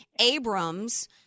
Abrams